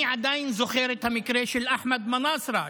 אני עדיין זוכר את המקרה של אחמד מנאסרה,